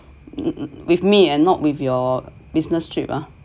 with me and not with your business trip ah